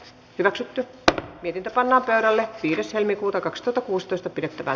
hyväksytty piti panna verolle viides helmikuuta kaks toto kuusitoista pidettävä